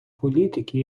політики